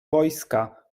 wojska